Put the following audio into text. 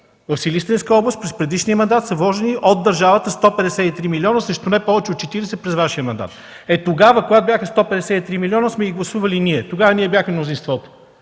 В Силистренска област през предишния период са вложени от държавата 153 милиона срещу не повече от четиридесет през Вашия мандат. Тогава, когато бяха 153 милиона, сме ги гласували ние. Тогава бяхме мнозинството.